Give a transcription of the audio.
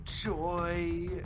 joy